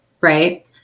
right